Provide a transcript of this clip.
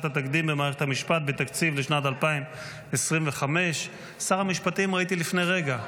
התקדים במערכת המשפט בתקציב לשנת 2025. את שר המשפטים ראיתי לפני רגע.